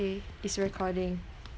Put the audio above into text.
okay it's recording